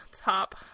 top